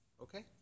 Okay